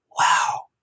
wow